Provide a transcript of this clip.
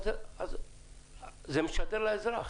זה משדר לאזרח.